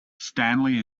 stanley